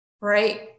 Right